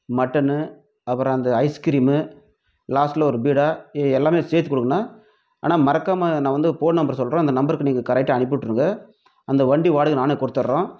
mutton அப்புறம் அந்த ice cream லாஸ்ட்ல ஒரு பீடா எல்லாமே சேர்த்துக் கொடுங்கண்ணா அண்ணா மறக்காமல் நான் வந்து போன் நம்பர் சொல்கிறேன் அந்த நம்பருக்கு நீங்கள் கரெக்டா அனுப்பிவிட்ருங்க அந்த வண்டி வாடகை நானே கொடுத்தட்றோம்